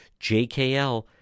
jkl